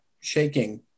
shaking